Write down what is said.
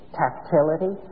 tactility